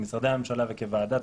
כמשרדי הממשלה וכוועדה,